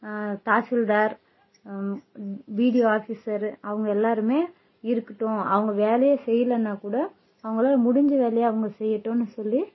tahsildar BDO officer அவங்க எல்லாருமே இருக்கட்டும் அவங்க வேலையே செய்யல்லன்னா கூட அவங்களால் முடிஞ்ச வேலையை அவங்க செய்யட்டுன்னு சொல்லி